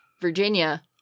Virginia